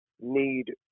need